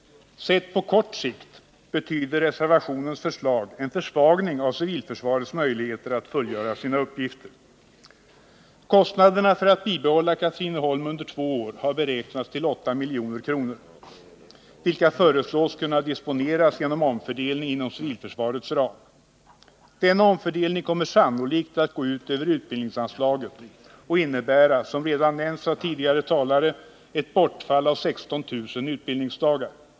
Sett på kort sikt betyder reservationens förslag en försvagning av civilförsvarets möjligheter att fullgöra sina uppgifter. Kostnaderna för att bibehålla driften i Katrineholm under två år har beräknats till 8 milj.kr., vilka föreslås disponeras genom omfördelning inom civilförsvarets ram. Denna omfördelning kommer sannolikt att gå ut över utbildningsanslaget och innebära — som redan nämnts av tidigare talare — ett bortfall av 16 000 utbildningsdagar.